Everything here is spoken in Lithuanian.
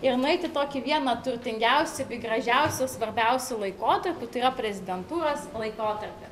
ir nueit į tokį vieną turtingiausių bei gražiausių svarbiausių laikotarpių tai yra prezidentūros laikotarpį